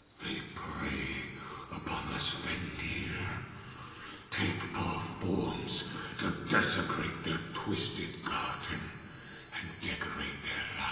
they prey upon us fendir, yeah take our forms to desecrate their twisted garden and decorate their